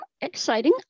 exciting